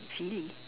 sealy